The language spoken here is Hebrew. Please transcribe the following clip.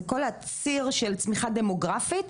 זה כל הציר של צמיחה דמוגרפית,